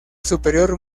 superior